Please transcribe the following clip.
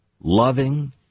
loving